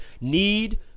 Need